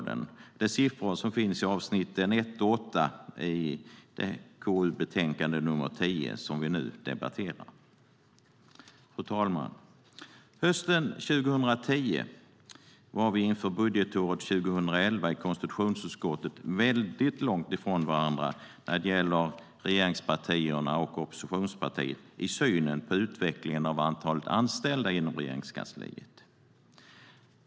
Det är siffror som finns avsnitten 1 och 8 i KU:s betänkande nr 10, som vi nu debatterar. Fru talman! Hösten 2010 var vi i konstitutionsutskottet inför budgetåret 2011 väldigt långt från varandra när det gällde regeringspartiernas och oppositionspartiernas syn på utvecklingen av antalet anställda inom Regeringskansliet.